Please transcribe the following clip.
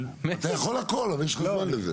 אתה יכול הכל, אבל יש לך זמן לזה.